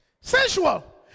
Sensual